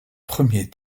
premier